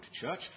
church